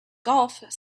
golf